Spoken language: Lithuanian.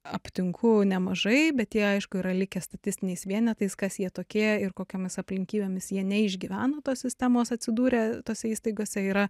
aptinku nemažai bet jie aišku yra likę statistiniais vienetais kas jie tokie ir kokiomis aplinkybėmis jie neišgyveno tos sistemos atsidūrę tose įstaigose yra